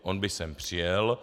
On by sem přijel.